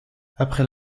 après